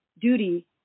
duty